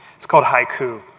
it's called haiku,